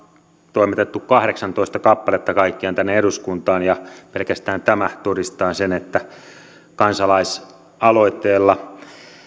toimitettu kaikkiaan kahdeksantoista kappaletta tänne eduskuntaan ja pelkästään tämä todistaa sen että kansalaisaloitteella